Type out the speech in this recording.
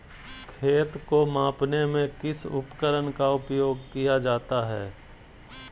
खेत को मापने में किस उपकरण का उपयोग किया जाता है?